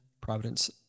Providence